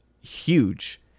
huge